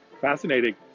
Fascinating